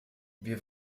wir